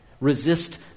Resist